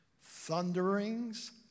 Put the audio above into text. thunderings